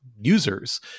users